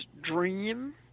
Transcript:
dream